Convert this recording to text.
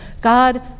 God